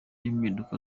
impinduka